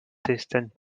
distant